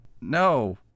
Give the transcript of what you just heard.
No